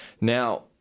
now